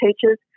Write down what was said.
teachers